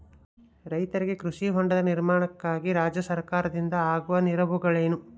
ರೈತರಿಗೆ ಕೃಷಿ ಹೊಂಡದ ನಿರ್ಮಾಣಕ್ಕಾಗಿ ರಾಜ್ಯ ಸರ್ಕಾರದಿಂದ ಆಗುವ ನೆರವುಗಳೇನು?